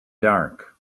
dark